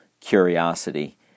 curiosity